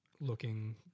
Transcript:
looking